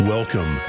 Welcome